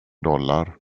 dollar